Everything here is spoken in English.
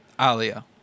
Alia